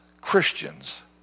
Christians